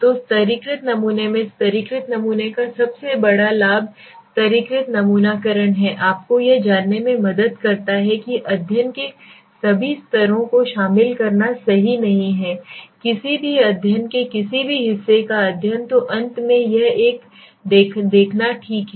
तो स्तरीकृत नमूने में स्तरीकृत नमूने का सबसे बड़ा लाभ स्तरीकृत नमूनाकरण है आपको यह जानने में मदद करता है कि अध्ययन के सभी स्तरों को शामिल करना सही नहीं है किसी भी अध्ययन के किसी भी हिस्से का अध्ययन तो अंत में यह एक देखा ठीक है